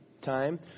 time